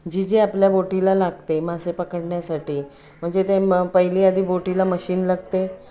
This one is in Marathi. जी जी आपल्या बोटीला लागते मासे पकडण्यासाठी म्हणजे ते मग पहिली आधी बोटीला मशीन लागते